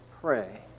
pray